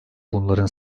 bunların